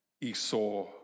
Esau